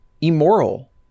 immoral